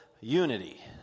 Unity